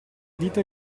dite